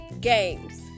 games